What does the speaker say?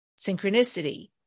synchronicity